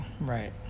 right